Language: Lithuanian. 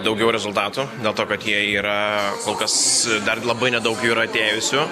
daugiau rezultatų dėl to kad jie yra kol kas dar labai nedaug jų yra atėjusių